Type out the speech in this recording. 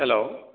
hello